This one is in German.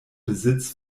besitz